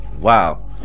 Wow